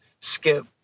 skip